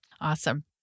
Awesome